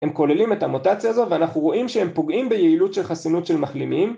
הם כוללים את המוטציה הזו ואנחנו רואים שהם פוגעים ביעילות של חסינות של מחלימים